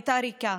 שהייתה ריקה,